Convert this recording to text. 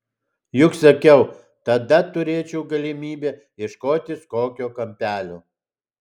juk sakiau tada turėčiau galimybę ieškotis kokio kampelio